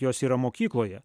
jos yra mokykloje